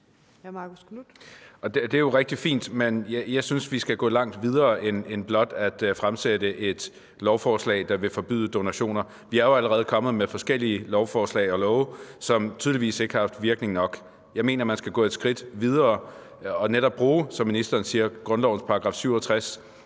Det er jo rigtig fint, men jeg synes, vi skal gå langt videre end blot at fremsætte et lovforslag, der vil forbyde donationer. Vi har jo allerede vedtaget forskellige love, som tydeligvis ikke har virket godt nok. Jeg mener, man skal gå et skridt videre og netop, som ministeren siger, bruge grundlovens § 67,